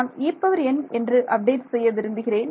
நான் En என்று update செய்ய விரும்புகிறேன்